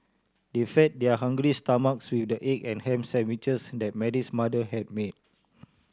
they fed their hungry stomachs with the egg and ham sandwiches that Mary's mother had made